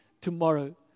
tomorrow